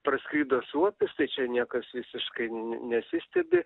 praskrido suopis tai čia niekas visiškai n nesistebi